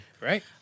right